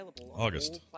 August